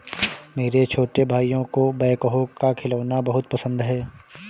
मेरे छोटे भाइयों को बैकहो का खिलौना बहुत पसंद है